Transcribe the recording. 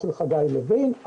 נכון מאוד.